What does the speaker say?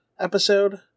episode